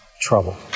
trouble